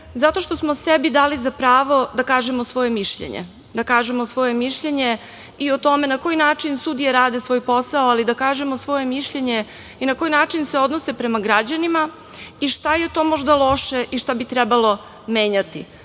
kažemo svoje mišljenje, da kažemo svoje mišljenje i o tome na koji način sudije rade svoj posao, ali da kažemo i svoje mišljenje i na koji način se odnose prema građanima i šta je to možda i šta bi trebalo menjati.